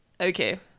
okay